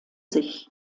sich